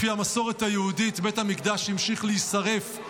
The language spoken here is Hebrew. לפי המסורת היהודית בית המקדש המשיך להישרף,